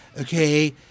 Okay